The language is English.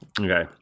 Okay